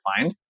find